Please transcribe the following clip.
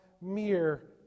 mere